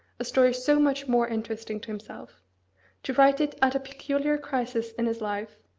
a story so much more interesting to himself to write it at a peculiar crisis in his life,